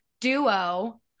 duo